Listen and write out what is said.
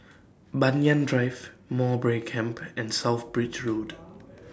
Banyan Drive Mowbray Camp and South Bridge Road